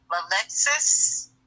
Alexis